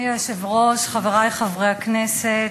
אדוני היושב-ראש, חברי חברי הכנסת,